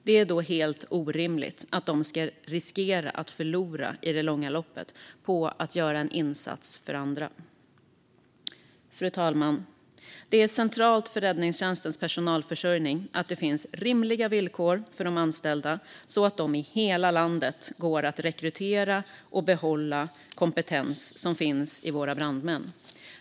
Det är då helt orimligt att de ska riskera att förlora i det långa loppet på att göra en insats för andra. Fru talman! Det är centralt för räddningstjänstens personalförsörjning att det finns rimliga villkor för de anställda så att det i hela landet går att rekrytera och behålla kompetens som finns hos våra brandmän.